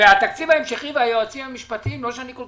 והתקציב ההמשכי והיועצים המשפטיים לא שאני כל